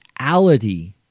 reality